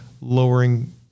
lowering